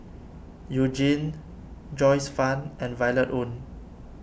You Jin Joyce Fan and Violet Oon